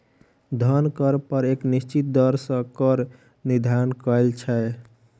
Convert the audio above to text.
धन कर पर एक निश्चित दर सॅ कर निर्धारण कयल छै